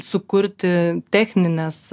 sukurti technines